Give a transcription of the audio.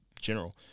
general